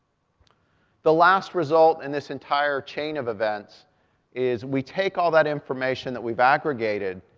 the last result in this entire chain of events is, we take all that information that we've aggregated,